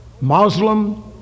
Muslim